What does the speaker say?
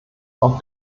auf